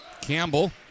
Campbell